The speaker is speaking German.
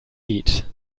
lied